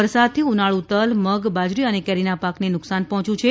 વરસાદથી ઉનાળુ તલ મગ બાજરી અને કેરીના પાકને નુકસાન પહોંચ્યું છે